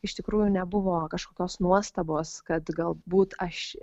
iš tikrųjų nebuvo kažkokios nuostabos kad galbūt aš